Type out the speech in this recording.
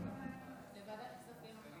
לוועדת כספים, אמרתי.